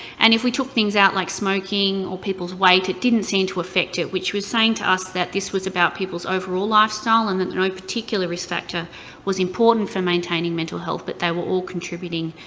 and if we took things out, like smoking, or peoples' weight, it didn't seem to affect it. which was saying to us that this was about peoples' overall lifestyle and that no particular risk factor was important for maintaining mental health, but they were all contributing